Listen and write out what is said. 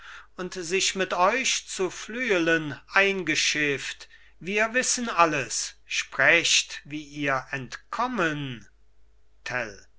und sich mit euch zu flüelen eingeschifft wir wissen alles sprecht wie ihr entkommen